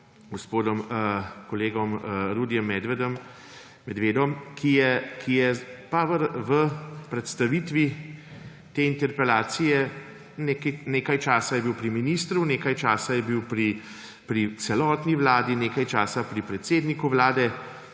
gospodom kolegom Rudijem Medvedom, ki je pa v predstavitvi te interpelacije nekaj časa bil pri ministru, nekaj časa je bil pri celotni vladi, nekaj časa pri predsedniku Vlade